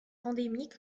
endémique